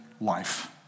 life